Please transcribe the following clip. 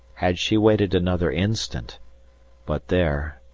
had she waited another instant but there,